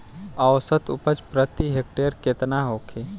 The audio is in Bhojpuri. औसत उपज प्रति हेक्टेयर केतना होखे?